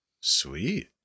Sweet